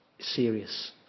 serious